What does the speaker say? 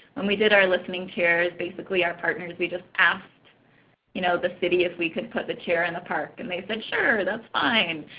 when we did our listening chairs, basically our partners, we just asked you know the city if we could put the chair in the park. and they said, sure that's fine.